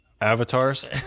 Avatars